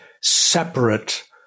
separate